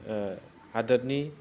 हादोदनि